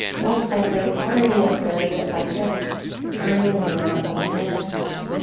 most likely already observe that by just bringing your awareness